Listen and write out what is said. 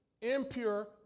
impure